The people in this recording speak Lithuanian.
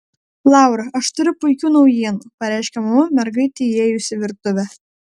laura aš turiu puikių naujienų pareiškė mama mergaitei įėjus į virtuvę